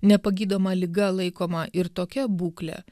nepagydoma liga laikoma ir tokia būklė